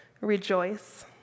rejoice